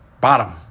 Bottom